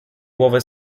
głowy